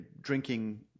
drinking